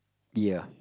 ya